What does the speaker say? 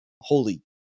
holy